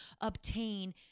obtain